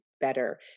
better